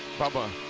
bubba.